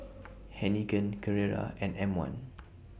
Heinekein Carrera and M one